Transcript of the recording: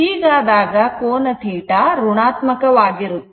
ಹೀಗಾದಾಗ ಕೋನ θ ಋಣಾತ್ಮಕ ವಾಗಿರುತ್ತದೆ